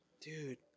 Dude